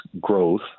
growth